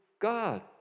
God